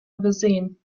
übersehen